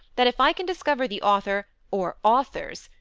that if i can discover the author or authors,